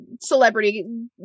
celebrity